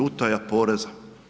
Utaja poreza.